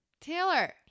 Taylor